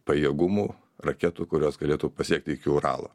pajėgumų raketų kurios galėtų pasiekti iki uralo